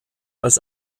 als